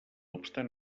obstant